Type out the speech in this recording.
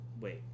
wait